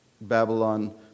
Babylon